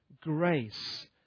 grace